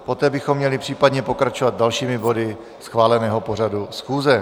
Poté bychom měli případně pokračovat dalšími body schváleného pořadu schůze.